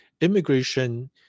immigration